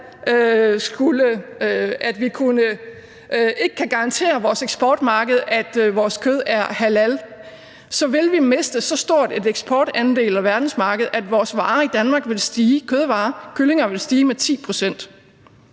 at vi ikke kan garantere vores eksportmarked, at vores kød er halal. Så vil vi miste så stor en eksportandel af verdensmarkedet, at vores kødvarer, kyllinger i Danmark, ville stige med 10 pct.